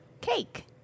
cake